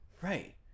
Right